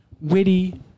witty